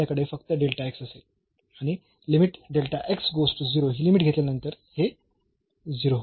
तर आपल्याकडे फक्त असेल आणि ही लिमिट घेतल्यावर हे 0 होईल